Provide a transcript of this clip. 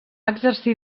exercir